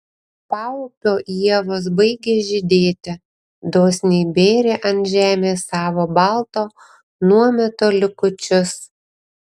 paupio ievos baigė žydėti dosniai bėrė ant žemės savo balto nuometo likučius